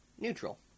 Neutral